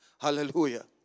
Hallelujah